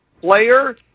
player